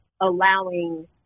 allowing